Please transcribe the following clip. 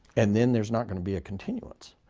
and then there's not going to be a continuance.